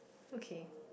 okay